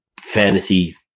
Fantasy